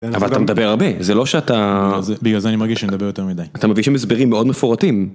אבל אתה מדבר הרבה, זה לא שאתה... בגלל זה אני מרגיש שאני מדבר יותר מדי. אתה מביא שם הסברים מאוד מפורטים.